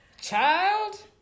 Child